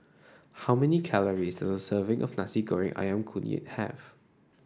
how many calories does a serving of Nasi Goreng ayam Kunyit have